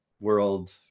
world